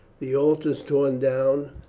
the altars torn down,